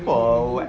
for what